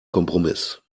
kompromiss